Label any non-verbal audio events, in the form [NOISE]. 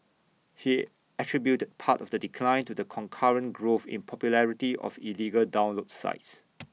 he attributed part of the decline to the concurrent growth in popularity of illegal download sites [NOISE]